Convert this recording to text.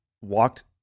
walked